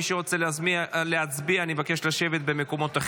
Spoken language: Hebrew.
מי שרוצה להצביע, אני מבקש לשבת במקומותיכם.